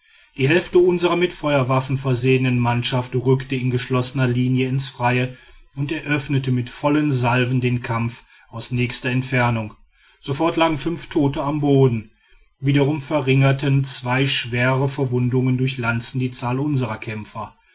die hälfte unserer mit feuerwaffen versehenen mannschaft rückte in geschlossener linie ins freie und eröffnete mit vollen salven den kampf aus nächster entfernung sofort lagen fünf tote am boden wiederum verringerten zwei schwere verwundungen durch lanzen die zahl unserer kämpfer